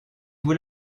vous